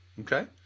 Okay